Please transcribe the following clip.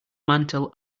mantel